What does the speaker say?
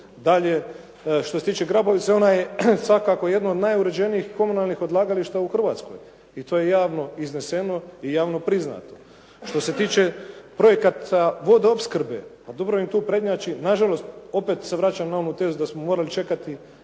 Dalje, što se tiče Grabovice ona je svakako jedno od najuređenijih komunalnih odlagališta u Hrvatskoj i to je javno izneseno i javno priznato. Što se tiče projekata vodoopskrbe pa Dubrovnik tu prednjači. Nažalost, opet se vraćam na onu tezu da smo morali čekati